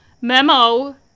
Memo